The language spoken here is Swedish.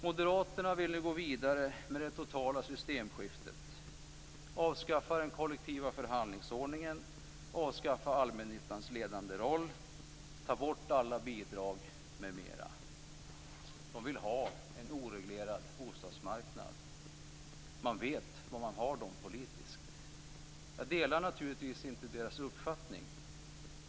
Moderaterna ville gå vidare med det totala systemskiftet, avskaffa den kollektiva förhandlingsordningen, avskaffa allmännyttans ledande roll, ta bort alla bidrag, m.m. De vill ha en oreglerad bostadsmarknad. Man vet var man har dem politiskt. Jag delar naturligtvis inte deras uppfattning.